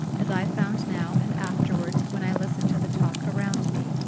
as i found now and afterwards when i listened to the talk around me.